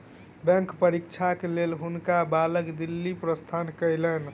bank परीक्षाक लेल हुनका बालक दिल्ली प्रस्थान कयलैन